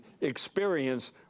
experience